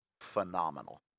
phenomenal